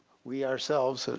we ourselves